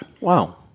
Wow